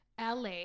LA